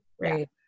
Right